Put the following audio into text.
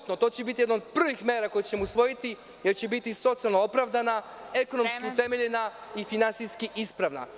To će biti jedna od prvih mera koje ćemo usvojiti, jer će biti socijalno opravdana, ekonomski utemeljena i finansijski ispravna.